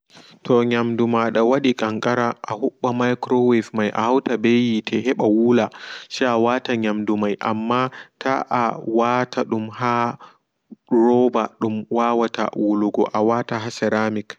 To nyamdu mada wadu kankara ahuɓɓa microwave mai ahuta ɓe yiite heɓa wula se awata nyamdu mai amma ta a wata dum ha roɓa dum wawata wulugo awata ha seramik.